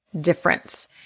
difference